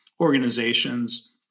organizations